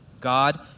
God